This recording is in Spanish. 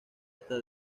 hasta